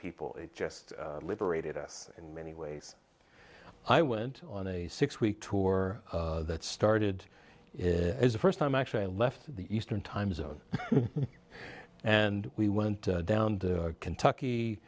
people it just liberated us in many ways i went on a six week tour that started as the first time actually left the eastern time zone and we went down to kentucky